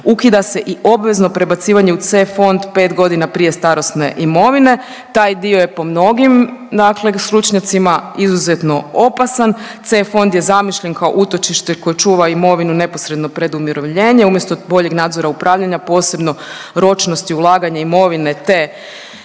ukida se i obvezno prebacivanje u C fond 5 godina prije starosne imovine. Taj dio je po mnogim dakle stručnjacima izuzetno opasan. C fond je zamišljen kao utočište koje čuva imovinu neposredno pred umirovljenje umjesto boljeg nadzora upravljanja posebno ročnosti ulaganja imovine te